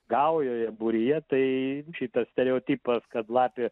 gaujoje būryje tai šitas stereotipas kad lapė